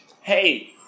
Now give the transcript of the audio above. Hey